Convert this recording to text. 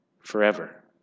forever